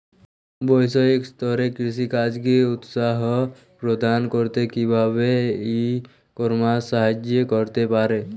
বৈষয়িক স্তরে কৃষিকাজকে উৎসাহ প্রদান করতে কিভাবে ই কমার্স সাহায্য করতে পারে?